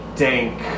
dank